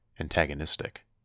antagonistic